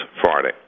Friday